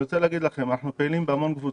אנחנו פעילים בהמון קבוצות,